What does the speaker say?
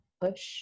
push